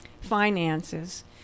finances